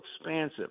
expansive